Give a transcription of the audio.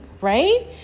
right